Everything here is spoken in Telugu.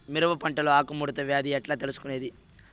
మిరప పంటలో ఆకు ముడత వ్యాధి ఎట్లా తెలుసుకొనేది?